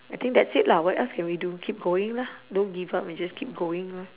I think that's it lah what else can we do keep going lah don't give up and just keep going lor